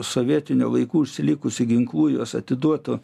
sovietinių laikų užsilikusių ginklų juos atiduotų